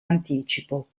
anticipo